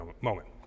moment